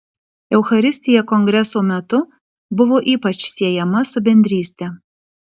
eucharistija kongreso metu buvo ypač siejama su bendryste